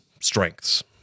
strengths